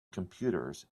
computers